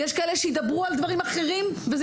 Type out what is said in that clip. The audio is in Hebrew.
יש כאלה שידברו על דברים אחרים וזה